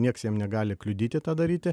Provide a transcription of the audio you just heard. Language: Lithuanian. nieks jiem negali kliudyti tą daryti